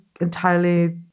entirely